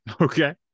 Okay